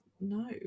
no